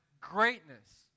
greatness